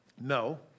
No